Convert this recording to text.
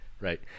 right